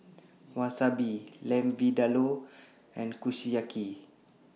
Wasabi Lamb Vindaloo and Kushiyaki